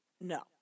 No